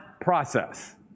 process